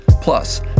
Plus